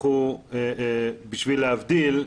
כדי להבדיל,